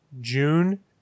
june